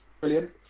brilliant